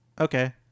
Okay